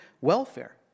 welfare